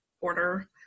order